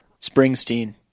Springsteen